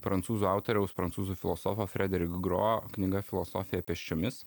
prancūzų autoriaus prancūzų filosofo frederik gro knyga filosofija pėsčiomis